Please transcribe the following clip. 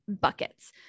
buckets